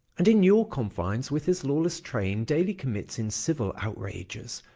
and in your confines with his lawless train daily commits incivil outrages,